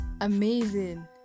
amazing